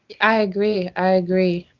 i agree, i agree.